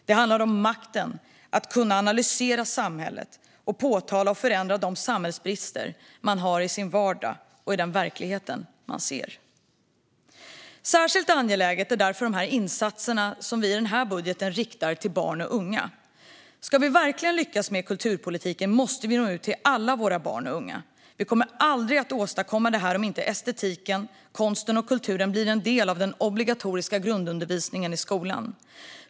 Det handlar om makten att kunna analysera samhället och påtala och förändra de samhällsbrister som man har i sin vardag och i den verklighet som man ser. Särskilt angelägna är därför de insatser som vi i denna budget riktar till barn och unga. Ska vi verkligen lyckas med kulturpolitiken måste vi nå ut till alla våra barn och unga. Vi kommer aldrig att åstadkomma detta om inte estetiken, konsten och kulturen blir en del av den obligatoriska grundundervisningen i skolan.